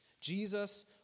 Jesus